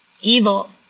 Evil